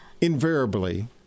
invariably